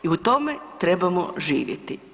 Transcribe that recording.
I u tome trebamo živjeti.